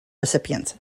recipients